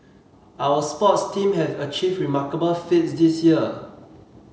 our sports teams have achieved remarkable feats this year